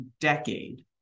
decade